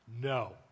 No